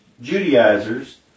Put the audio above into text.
Judaizers